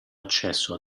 accesso